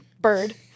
bird